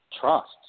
trust